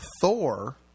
Thor